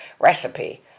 recipe